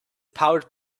powered